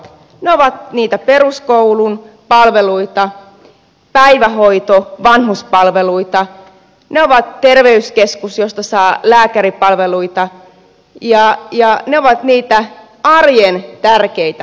ne ovat niitä peruskoulun palveluita päivähoito vanhuspalveluita niihin kuuluu terveyskeskus josta saa lääkäripalveluita ne ovat niitä arjen tärkeitä palveluita